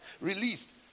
released